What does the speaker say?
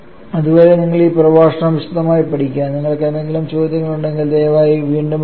അതുവരെ നിങ്ങൾ ഈ പ്രഭാഷണം വിശദമായി പഠിക്കുക നിങ്ങൾക്ക് എന്തെങ്കിലും ചോദ്യങ്ങൾ ഉണ്ടെങ്കിൽ ദയവായി എനിക്ക് വീണ്ടും എഴുതുക